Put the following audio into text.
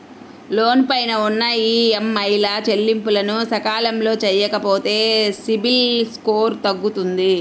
లోను పైన ఉన్న ఈఎంఐల చెల్లింపులను సకాలంలో చెయ్యకపోతే సిబిల్ స్కోరు తగ్గుతుంది